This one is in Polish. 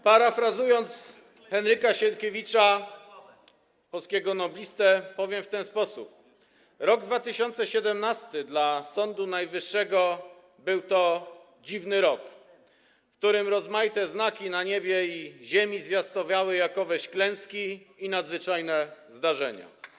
Parafrazując Henryka Sienkiewicza, polskiego noblistę, powiem w ten sposób: rok 2017 dla Sądu Najwyższego był to dziwny rok, w którym rozmaite znaki na niebie i ziemi zwiastowały jakoweś klęski i nadzwyczajne zdarzenia.